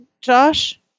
Josh